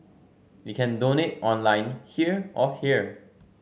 you can donate online here or here